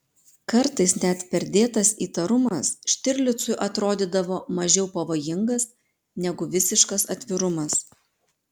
kartais net perdėtas įtarumas štirlicui atrodydavo mažiau pavojingas negu visiškas atvirumas